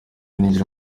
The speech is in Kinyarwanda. ninjira